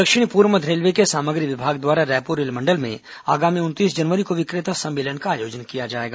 दक्षिण पूर्व मध्य रेलवे के सामग्री विभाग द्वारा रायपुर रेलमंडल में आगामी उनतीस जनवरी को विक्रेता सम्मेलन का आयोजन किया जाएगा